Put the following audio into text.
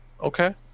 Okay